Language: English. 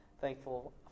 thankful